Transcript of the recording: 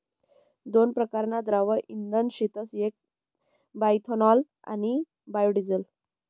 दोन परकारना द्रव्य इंधन शेतस येक बायोइथेनॉल आणि बायोडिझेल